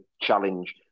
challenge